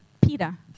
Peter